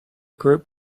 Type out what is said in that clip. group